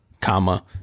comma